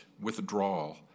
withdrawal